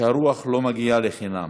שהרוח לא מגיעה לחינם,